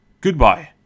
Goodbye